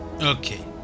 Okay